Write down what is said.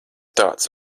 tāds